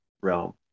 realm